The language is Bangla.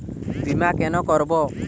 বিমা কেন করব?